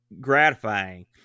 gratifying